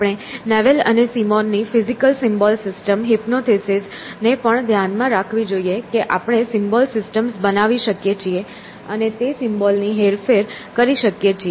આપણે નેવેલ અને સિમોન ની ફિઝિકલ સિમ્બોલ સિસ્ટમ હિપ્નોથીસીસ ને પણ ધ્યાનમાં રાખવી જોઈએ કે આપણે સિમ્બોલ સિસ્ટમ્સ બનાવી શકીએ છીએ અને તે સિમ્બોલ ની હેરફેર કરી શકીએ છીએ